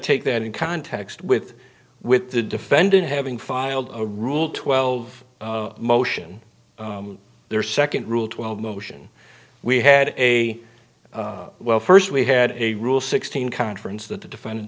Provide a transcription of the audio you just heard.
take that in context with with the defendant having filed a rule twelve motion their second rule twelve motion we had a well first we had a rule sixteen conference that the defendant